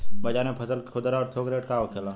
बाजार में फसल के खुदरा और थोक रेट का होखेला?